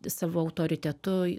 savo autoritetu